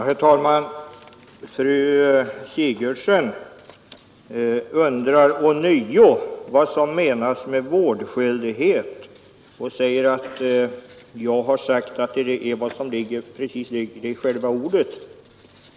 Herr talman! Fru Sigurdsen undrar ånyo vad som menas med vårdskyldighet och förklarar att jag sagt att det är precis vad som ligger i själva ordet.